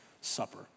supper